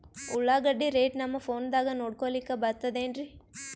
ಉಳ್ಳಾಗಡ್ಡಿ ರೇಟ್ ನಮ್ ಫೋನದಾಗ ನೋಡಕೊಲಿಕ ಬರತದೆನ್ರಿ?